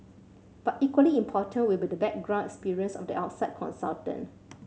but equally important will be the background experience of the outside consultant